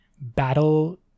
battle